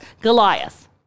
Goliath